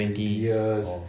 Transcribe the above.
twenty orh